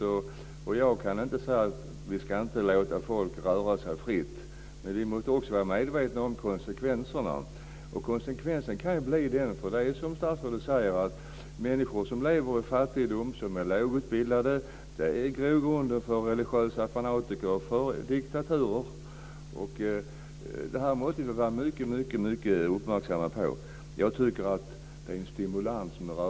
Jag kan inte säga att vi inte ska låta folk röra sig fritt, men vi måste också vara medvetna om konsekvenserna. Det är så, som statsrådet säger, att när människor lever i fattigdom och är lågutbildade finns det grogrund för religiös fanatism och diktatur. Det här måste vi vara mycket uppmärksamma på. Jag tycker att rörlighet är en stimulans.